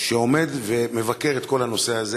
שעומד ומבקר את כל הנושא הזה.